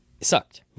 sucked